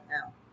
now